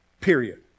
period